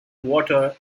water